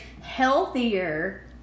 healthier